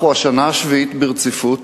אנחנו השנה השביעית ברציפות